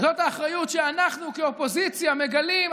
זאת האחריות שאנחנו כאופוזיציה מגלים,